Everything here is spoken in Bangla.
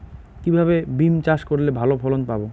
কিভাবে বিম চাষ করলে ভালো ফলন পাব?